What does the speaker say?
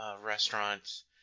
restaurants